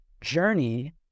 journey